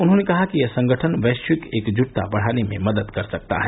उन्होंने कहा कि यह संगठन वैश्विक एकजुटता बढ़ाने में मदद कर सकता है